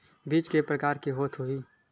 बीज के प्रकार के होत होही?